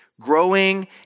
Growing